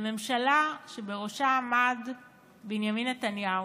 בממשלה שבראשה עמד בנימין נתניהו,